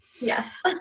Yes